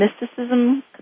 mysticism